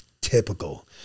typical